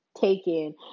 taken